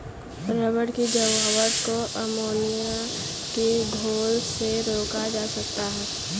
rubber की जमावट को अमोनिया के घोल से रोका जा सकता है